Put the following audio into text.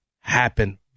happen